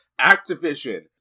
Activision